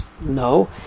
no